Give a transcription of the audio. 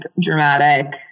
dramatic